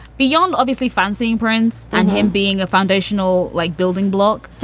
beyond obviously fancy friends and him being a foundational like building block.